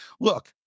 Look